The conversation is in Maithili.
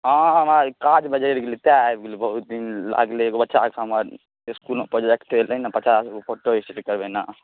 हँ हमरा काज बजरि गेलै तैं आबि गेलियै बहुत दिन लागलै एगो बच्चा अछि हमर इसकुलमे इसकुलमे प्रोजेक्ट एलै ने पचास गो फोटो स्टेट करबेनाइ